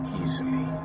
easily